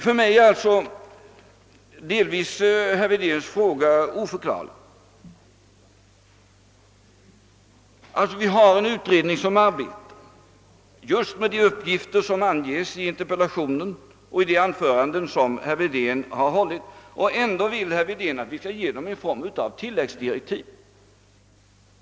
För mig är alltså herr Wedéns fråga delvis oförklarlig. Vi har en utredning som arbetar med just de uppgifter, vilka anges i interpellationen och i det anförande som herr Wedén hållit, och ändå vill herr Wedén att vi skall ge den tilläggsdirektiv.